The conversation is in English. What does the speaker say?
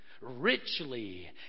richly